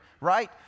right